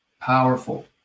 Powerful